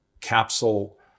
capsule